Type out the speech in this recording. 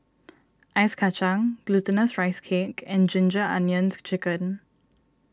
Ice Kacang Glutinous Rice Cake and Ginger Onions Chicken